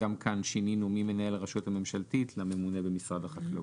שינינו גם כאן ממנהל הרשות הממשלתית לממונה במשרד החקלאות.